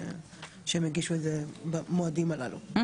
שהם הגישו את זה במועדים הללו,